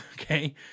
okay